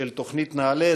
לתוכנית נעל"ה.